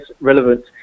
relevant